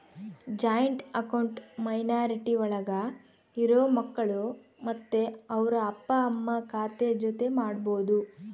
joint account minority ಒಳಗ ಇರೋ ಮಕ್ಕಳು ಮತ್ತೆ ಅವ್ರ ಅಪ್ಪ ಅಮ್ಮ ಖಾತೆ ಜೊತೆ ಮಾಡ್ಬೋದು